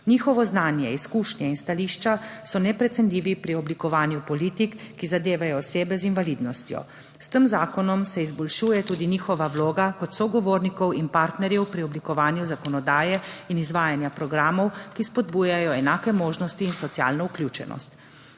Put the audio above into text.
Njihovo znanje, izkušnje in stališča so neprecenljivi pri oblikovanju politik, ki zadevajo osebe z invalidnostjo. S tem zakonom se izboljšuje tudi njihova vloga kot sogovornikov in partnerjev pri oblikovanju zakonodaje in izvajanju programov, ki spodbujajo enake možnosti in socialno vključenost.